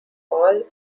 all